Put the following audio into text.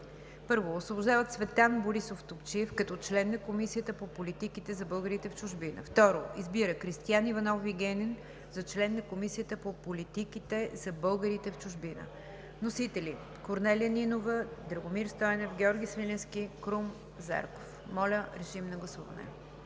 1. Освобождава Цветан Борисов Топчиев като член на Комисията по политиките за българите в чужбина. 2. Избира Кристиан Иванов Вигенин за член на Комисията по политиките за българите в чужбина.“ Вносители: Корнелия Нинова, Драгомир Стойнев, Георги Свиленски, Крум Зарков. Моля, гласувайте.